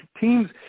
teams